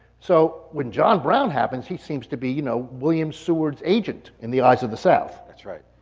so, when john brown happens, he seems to be you know william seward's agent in the eyes of the south. that's right.